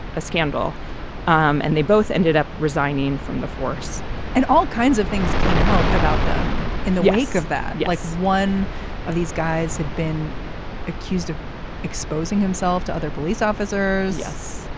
a scandal um and they both ended up resigning from the force and all kinds of things came out about them in the wake of that. this is one of these guys had been accused of exposing himself to other police officers. yes,